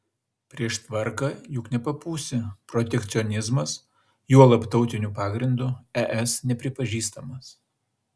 prieš tvarką juk nepapūsi protekcionizmas juolab tautiniu pagrindu es nepripažįstamas